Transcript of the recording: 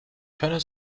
können